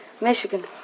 Michigan